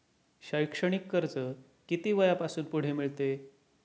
शैक्षणिक कर्ज किती वयापासून पुढे मिळते?